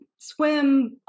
swim